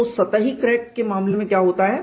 तो सतही क्रैक के मामले में क्या होता है